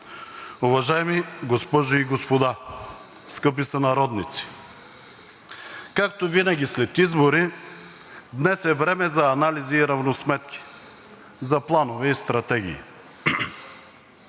уважаеми госпожи и господа, скъпи сънародници! Както винаги след избори, днес е време за анализи и равносметки, за планове и стратегии.